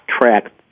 track